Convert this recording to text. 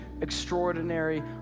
extraordinary